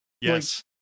yes